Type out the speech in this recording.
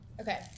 Okay